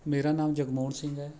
ਮੇਰਾ ਨਾਮ ਜਗਮੋਹਣ ਸਿੰਘ ਹੈ